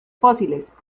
fósiles